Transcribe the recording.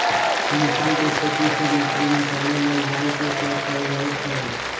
मछरी कें खेति से मछ्री निकाले लेल जाल के उपयोग कएल जाइ छै